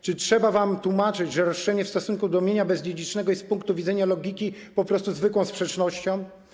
Czy trzeba wam tłumaczyć, że roszczenie w stosunku do mienia bezdziedzicznego jest z punktu widzenia logiki po prostu zwykłą sprzecznością?